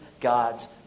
God's